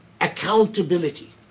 accountability